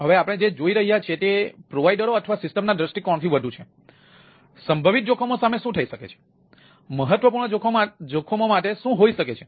હવે આપણે જે જોઈ રહ્યા છીએ તે પ્રોવાઈડરો છે